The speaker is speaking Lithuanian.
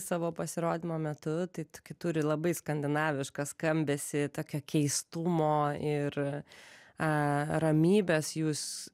savo pasirodymo metu tai tokį turi labai skandinavišką skambesį tokio keistumo ir a ramybės jūs